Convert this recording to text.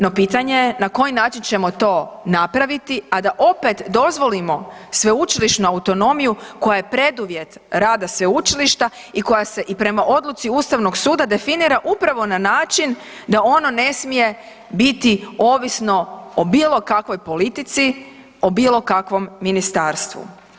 No pitanje je na koji način ćemo to napraviti, a da opet dozvolimo sveučilišnu autonomiju koja je preduvjet rada sveučilišta i koja se i prema odluci Ustavnog suda definira upravo na način da ono ne smije biti ovisno o bilo kakvoj politici, o bilo kakvom ministarstvu?